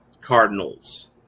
Cardinals